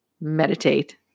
meditate